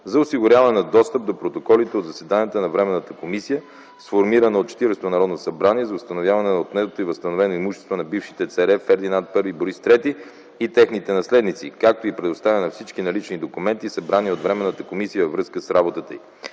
за осигуряване на достъп до протоколите от заседанията на Временната комисия, сформирана от 40-ото Народно събрание, за възстановяване на отнетото и възстановено имущество на бившите царе Фердинанд І и Борис ІІІ и техните наследници, както и предоставяне на всички налични документи, събрани от временната комисия във връзка с работата й.